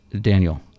daniel